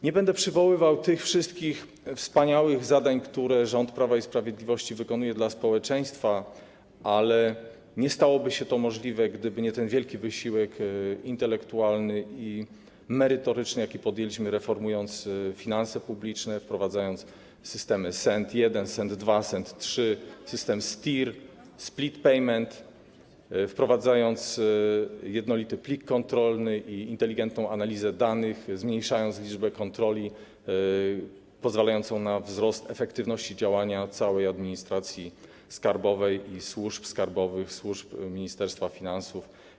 Nie będę przywoływał tych wszystkich wspaniałych zadań, które rząd Prawa i Sprawiedliwości wykonuje dla społeczeństwa, ale nie stałoby się to możliwe, gdyby nie wielki wysiłek intelektualny i merytoryczny, jaki podjęliśmy, reformując finanse publiczne, wprowadzając systemy SENT1, SENT2, SENT3, system STIR, split payment, wprowadzając jednolity plik kontrolny i inteligentną analizę danych, zmniejszając liczbę kontroli, pozwalającą na wzrost efektywności działania całej administracji skarbowej i służb skarbowych, służb Ministerstwa Finansów.